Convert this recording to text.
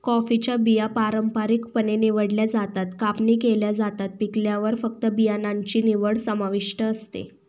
कॉफीच्या बिया पारंपारिकपणे निवडल्या जातात, कापणी केल्या जातात, पिकल्यावर फक्त बियाणांची निवड समाविष्ट असते